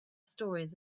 stories